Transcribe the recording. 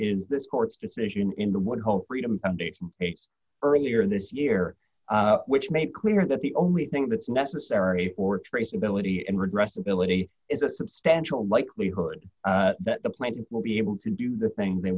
is this court's decision in the would hold freedom a earlier this year which made clear that the only thing that's necessary or traceability and redress ability is a substantial likelihood that the plaintiff will be able to do the things they